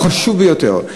הוא חשוב ביותר.